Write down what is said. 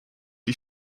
die